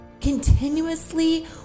Continuously